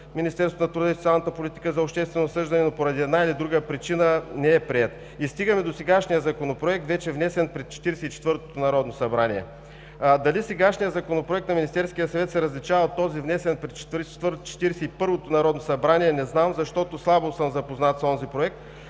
Министерството на труда и социалната политика за обществено обсъждане, но поради една или друга причина не е приет. И стигаме до сегашния Законопроект – вече внесен при Четиридесет и четвъртото народно събрание. Дали сегашният Законопроект на Министерския съвет се различава от този, внесен при Четиридесет и първото народно събрание, не знам, защото слабо съм запознат с онзи проект,